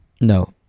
no